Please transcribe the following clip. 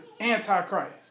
Antichrist